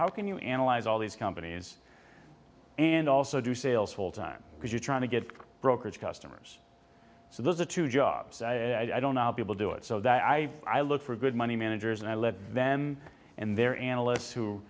how can you analyze all these companies and also do sales full time because you're trying to get brokerage customers so there's a two job i don't know how people do it so that i i look for good money managers and i lead then and there are analysts who